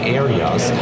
areas